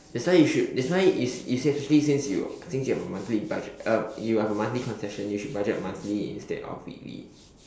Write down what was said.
that's why you should that's why you you especially since you since you have a monthly budget uh you have a monthly concession you should budget monthly instead of weekly